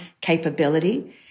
capability